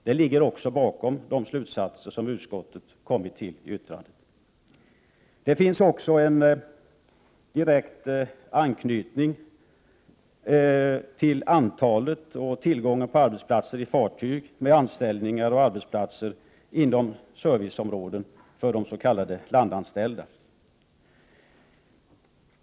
Detta ligger också bakom de slutsatser som utskottet har kommit till i betänkandet. Det finns även en direkt anknytning mellan tillgången på arbetsplatser i fartyg och antalet arbetsplatser inom serviceområdet för de s.k. landanställda.